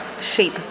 shape